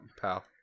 pal